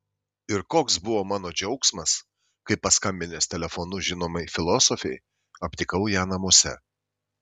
ir koks buvo mano džiaugsmas kai paskambinęs telefonu žinomai filosofei aptikau ją namuose